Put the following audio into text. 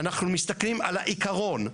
אנחנו מסתכלים על העיקרון,